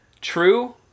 True